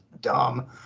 dumb